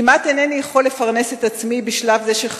"כמעט אינני יכול לפרנס את עצמי בשלב זה של חיי,